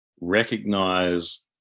recognize